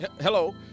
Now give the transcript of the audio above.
Hello